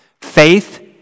Faith